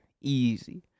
easy